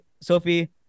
Sophie